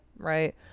right